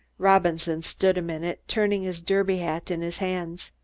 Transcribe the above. robinson stood a minute, turning his derby hat in his hands.